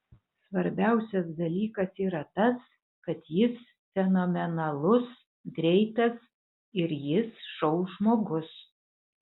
svarbiausias dalykas yra tas kad jis fenomenalus greitas ir jis šou žmogus